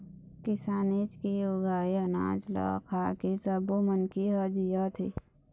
किसानेच के उगाए अनाज ल खाके सब्बो मनखे ह जियत हे